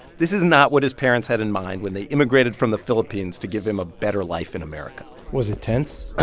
this is not what his parents had in mind when they immigrated from the philippines to give him a better life in america was it tense?